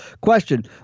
question